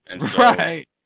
Right